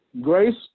Grace